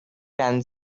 can